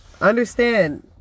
understand